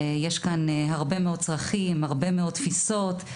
יש כאן הרבה מאוד צרכים, הרבה מאוד תפיסות.